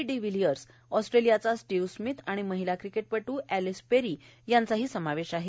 डिव्हिलियर्सए ऑस्ट्रेलियाचा Steve Smith आणि महिला क्रिकेट पटू अँलिस पेरी यांचं समावेश आहे